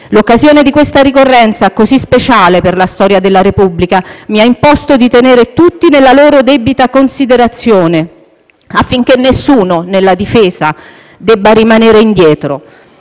L'occasione di questa ricorrenza così speciale per la storia della Repubblica mi ha imposto di tenere tutti nella loro debita considerazione, affinché nessuno, nella difesa, debba rimanere indietro.